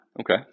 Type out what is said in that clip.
Okay